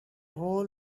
whole